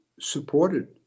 supported